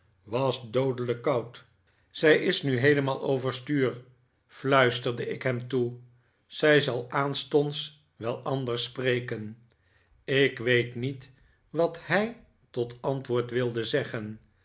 was doodelijk koud zij is nu heelemaal overstuur fluisterde ik hem toe zij zal aanstonds wel anders spreken ik weet niet wat hij tot antwoord wilde zeggen